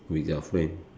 with your friend